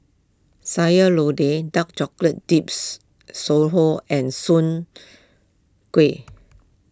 Sayur Lodeh Dark Chocolate Dips and Soon Kuih